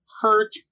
hurt